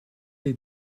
les